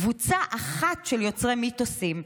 קבוצה אחת של יוצרי מיתוסים,